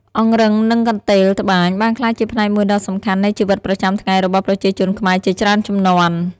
អង្រឹងនិងកន្ទេលត្បាញបានក្លាយជាផ្នែកមួយដ៏សំខាន់នៃជីវិតប្រចាំថ្ងៃរបស់ប្រជាជនខ្មែរជាច្រើនជំនាន់។